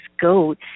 goat